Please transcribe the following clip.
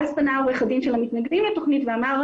אז פנה עורך הדין של המתנגדים לתוכנית ואמר,